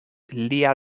lia